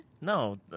No